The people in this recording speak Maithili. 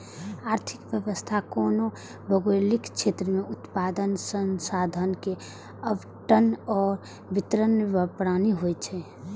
आर्थिक व्यवस्था कोनो भौगोलिक क्षेत्र मे उत्पादन, संसाधन के आवंटन आ वितरण प्रणाली होइ छै